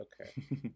Okay